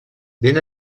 ben